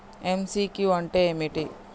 MCQ అంటే ఏమిటి?